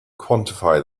quantify